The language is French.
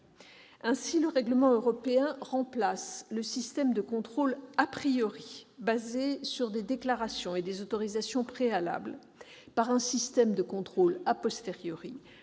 Ainsi, le règlement européen remplace le système de contrôle, basé sur des déclarations et des autorisations préalables, par un système de contrôle, plus